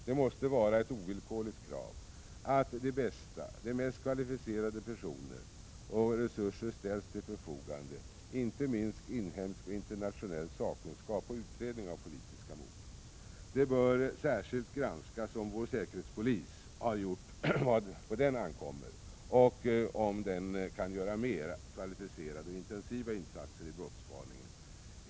Det måste vara ett ovillkorligt krav att resurser och de bästa och mest kvalificerade personerna ställs till förfogande, inte minst inhemsk och internationell sakkunskap när det gäller utredning av politiska mord. Det bör särskilt granskas om vår säkerhetspolis har gjort vad på den ankommer och om den kan göra mer kvalificerade och intensiva insatser i brottsspaningen.